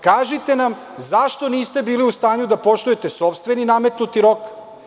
Kažite nam zašto niste bili u stanju da poštujete sopstveni nametnuti rok?